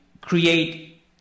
create